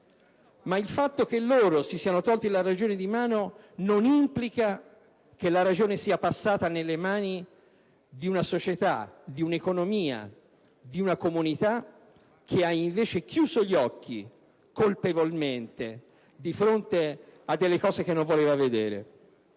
ma il fatto che loro si siano tolti la ragione di mano non implica che tale ragione sia passata nelle mani di una società, di un'economia, di una comunità che ha invece chiuso colpevolmente gli occhi di fronte a fatti che non voleva vedere.